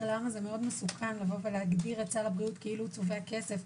למה מאוד מסוכן להגדיר את סל הבריאות כאילו הוא צובע כסף,